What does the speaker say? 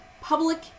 public